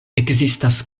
ekzistas